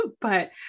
but-